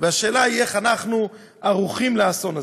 והשאלה היא איך אנחנו ערוכים לאסון הזה.